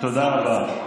תודה רבה.